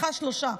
איתך שלושה,